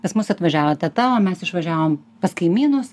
pas mus atvažiavo teta o mes išvažiavom pas kaimynus